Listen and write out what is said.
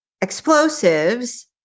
explosives